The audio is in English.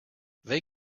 they